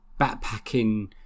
backpacking